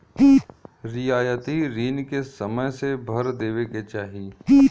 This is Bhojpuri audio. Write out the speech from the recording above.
रियायती रिन के समय से भर देवे के चाही